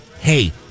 hey